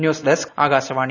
news desk Akashvani